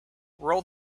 roll